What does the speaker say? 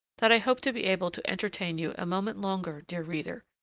that i hope to be able to entertain you a moment longer, dear reader,